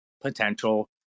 potential